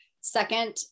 second